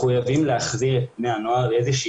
מחויבים להחזיר את בני הנוער לאיזושהי